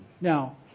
Now